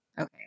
okay